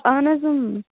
اَہن حظ